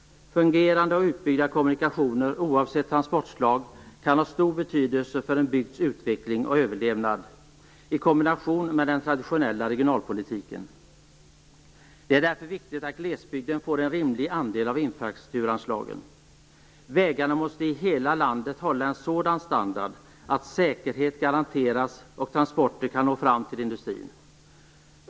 Fungerande och utbyggda kommunikationer kan, oavsett transportslag, i kombination med den traditionella regionalpolitiken ha stor betydelse för en bygds utveckling och överlevnad. Det är därför viktigt att glesbygden får en rimlig andel av infrastrukturanslagen. Vägarna måste i hela landet hålla en sådan standard att säkerhet garanteras och transporter kan nå fram till industrin.